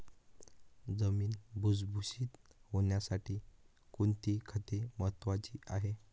जमीन भुसभुशीत होण्यासाठी कोणती खते महत्वाची आहेत?